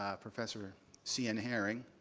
ah professor c. n. herring,